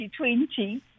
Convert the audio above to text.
2020